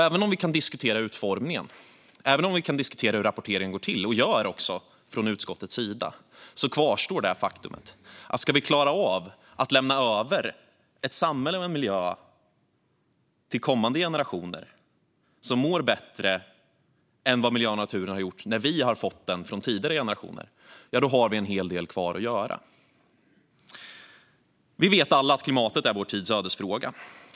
Även om vi kan diskutera utformningen av målen och hur rapporteringen går till i utskottet, kvarstår det faktum att om vi ska klara av att lämna över ett samhälle och en miljö till kommande generationer som mår bättre än vad miljön och naturen som vi har från tidigare generationer har gjort, har vi en hel del kvar att göra. Vi vet alla att klimatet är vår tids ödesfråga.